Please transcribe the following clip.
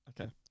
okay